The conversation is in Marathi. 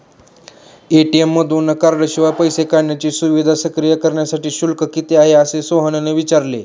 ए.टी.एम मधून कार्डशिवाय पैसे काढण्याची सुविधा सक्रिय करण्यासाठी शुल्क किती आहे, असे सोहनने विचारले